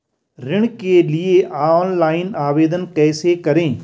ऋण के लिए ऑनलाइन आवेदन कैसे करें?